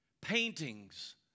paintings